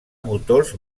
motors